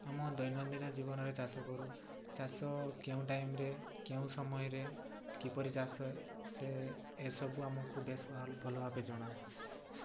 ଆମ ଦୈନନ୍ଦିନ ଜୀବନରେ ଚାଷ କରୁ ଚାଷ କେଉଁ ଟାଇମ୍ରେ କେଉଁ ସମୟରେ କିପରି ଚାଷ ସେ ଏସବୁ ଆମକୁ ବେଶ ଭଲ ଭାବେ ଜଣା